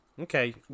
Okay